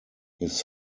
his